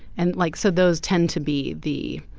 and like so those tend to be the